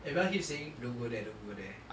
everyone keep saying don't go there don't go there